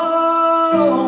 oh